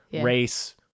race